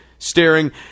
Staring